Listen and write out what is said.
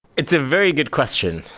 it's a very good question.